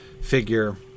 figure